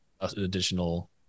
additional